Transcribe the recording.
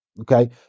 Okay